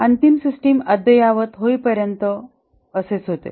अंतिम सिस्टम अद्ययावत होईपर्यंत असेच होते